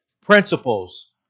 principles